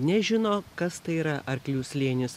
nežino kas tai yra arklių slėnis